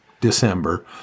December